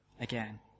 again